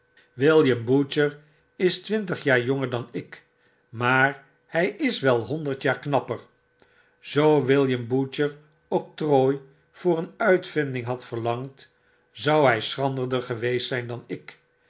william but cher is twintig jaar jonger danik maar hij is wel honderd jaar knapper zoo william butcher octrooi voor een uitvinding had verlangd zou hij schranderder geweest zijn dan ik